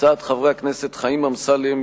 הצעות חברי הכנסת חיים אמסלם,